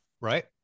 right